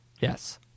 Yes